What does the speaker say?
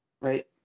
Right